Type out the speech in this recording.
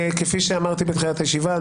כפי שאמרתי בתחילת הישיבה,